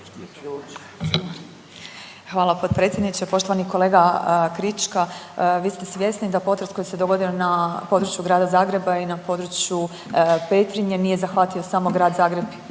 Hvala potpredsjedniče. Poštovani kolega Krička vi ste svjesni da potres koji se dogodio na području grada Zagreba i na području Petrinje nije zahvatio samo grad Zagreb i